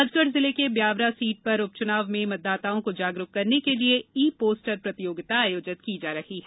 राजगढ़ जिले के ब्यावरा सीट पर उपचुनाव में मतदाताओं को जागरूक करने के लिए ई पोस्टर प्रतियोगिता आयोजित की जा रही है